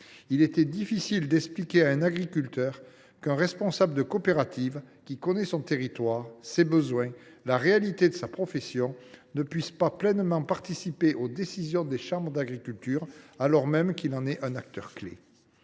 Il était difficile d’expliquer à un agriculteur qu’un responsable de coopérative, qui connaît son territoire, ses besoins et les réalités de sa profession, ne puisse pas pleinement participer aux décisions des chambres d’agriculture, alors même qu’il en est un acteur clé.